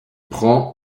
prend